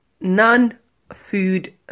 non-food